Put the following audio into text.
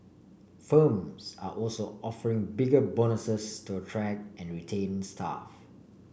firms are also offering bigger bonuses to attract and retain staff